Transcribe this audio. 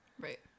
Right